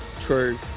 True